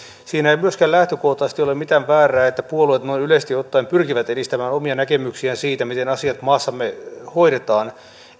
siinä ei myöskään lähtökohtaisesti ole mitään väärää että puolueet noin yleisesti ottaen pyrkivät edistämään omia näkemyksiään siitä miten asiat maassamme hoidetaan